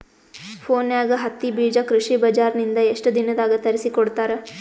ಫೋನ್ಯಾಗ ಹತ್ತಿ ಬೀಜಾ ಕೃಷಿ ಬಜಾರ ನಿಂದ ಎಷ್ಟ ದಿನದಾಗ ತರಸಿಕೋಡತಾರ?